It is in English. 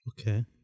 Okay